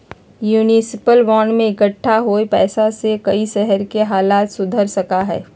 municipal bond से इक्कठा होल पैसा से कई शहर के हालत सुधर सका हई